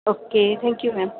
okay thank you ma'am